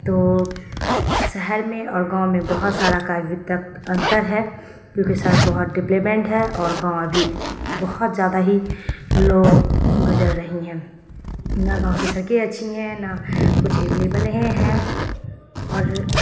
تو شہر میں اور گاؤں میں بہت سارا کا ابھی تک انتر ہے کیونکہ شہر بہت ڈپلیمنٹ ہے اور گاؤں ابھی بہت زیادہ ہی لو گزر رہی ہیں نہ گاؤں کی سڑکیں اچھی ہیں نہ کچھ ابلیبل ہی ہیں اور